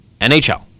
NHL